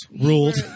Ruled